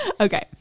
okay